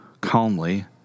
calmly